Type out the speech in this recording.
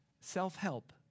Self-help